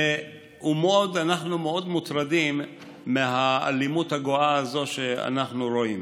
ואנחנו מאוד מוטרדים מהאלימות הגואה הזו שאנחנו רואים.